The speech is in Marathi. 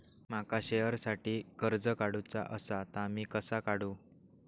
माका शेअरसाठी कर्ज काढूचा असा ता मी कसा काढू?